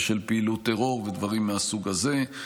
בשל פעילות טרור ודברים מהסוג הזה.